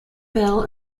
bell